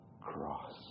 cross